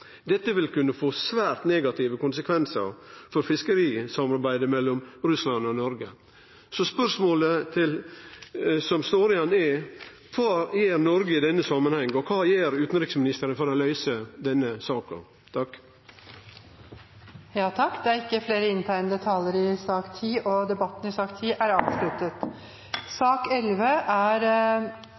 Dette vil kunne få svært negative konsekvensar for fiskerisamarbeidet mellom Russland og Noreg. Så spørsmålet som står att, er: Kva gjer Noreg i denne samanhengen, og kva gjer utanriksministeren for å løyse denne saka? Flere har ikke bedt om ordet til sak nr. 10. Ingen har bedt om ordet. Under debatten er det satt fram i